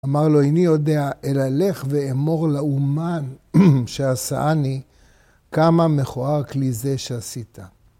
אמר לו, איני יודע אלא לך ואמור לאומן שעשעני כמה מכוער כלי זה שעשית.